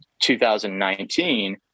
2019